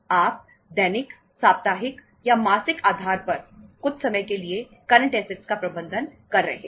आप दैनिक साप्ताहिक या मासिक आधार पर कुछ समय के लिए करंट ऐसेटस का प्रबंधन कर रहे हैं